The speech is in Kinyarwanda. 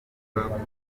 mushobora